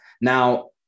Now